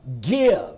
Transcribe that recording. give